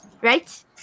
right